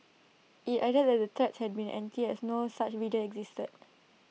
IT added that the the threats had been empty as no such video existed